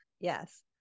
Yes